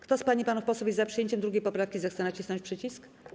Kto z pań i panów posłów jest za przyjęciem 2. poprawki, zechce nacisnąć przycisk.